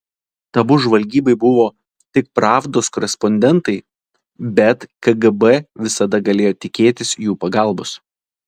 tabu žvalgybai buvo tik pravdos korespondentai bet kgb visada galėjo tikėtis jų pagalbos